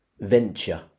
venture